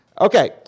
Okay